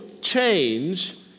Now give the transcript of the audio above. change